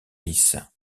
lisses